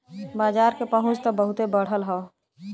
बाजार के पहुंच त बहुते बढ़ल हौ